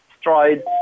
stride